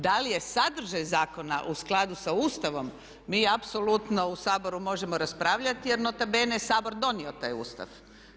Da li je sadržaj zakona u skladu sa Ustavom mi apsolutno u Saboru možemo raspravljati jer nota bene je Sabor donio taj Ustav.